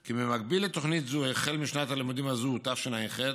כי במקביל לתוכנית זו, בשנת הלימודים הזאת, תשע"ח,